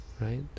right